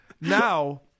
now